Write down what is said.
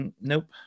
nope